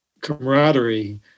camaraderie